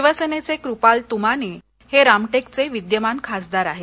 शिवसेनेचे कृपाल तुमाने हे रामटेकचे विद्यमान खासदार आहेत